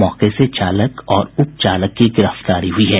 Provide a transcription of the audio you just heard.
मौके से चालक और उपचालक की गिरफ्तारी हुई है